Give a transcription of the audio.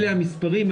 אלה המספרים,